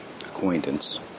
acquaintance